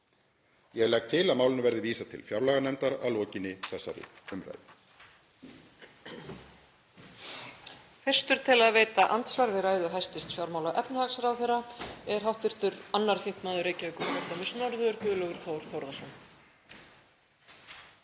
Ég legg til að málinu verði vísað til fjárlaganefndar að lokinni þessari umræðu.